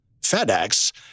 FedEx